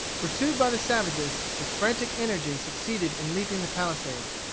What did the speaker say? pursued by the savages, with frantic energy succeeded in leaping the palisades.